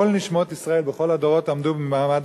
כל נשמות ישראל בכל הדורות עמדו במעמד